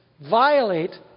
violate